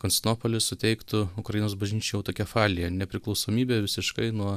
konstantinopolis suteiktų ukrainos bažnyčiai autokefaliją nepriklausomybę visiškai nuo